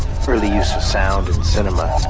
early use of sound in cinema.